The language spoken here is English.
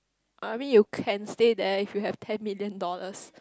I mean you can stay there if you have ten million dollars